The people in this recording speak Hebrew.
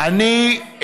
אני,